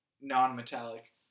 non-metallic